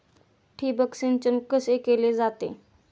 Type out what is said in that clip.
ठिबक सिंचन कसे केले जाते?